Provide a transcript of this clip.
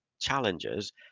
challenges